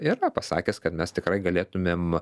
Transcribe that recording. yra pasakęs kad mes tikrai galėtumėm